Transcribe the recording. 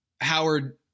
Howard